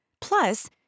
Plus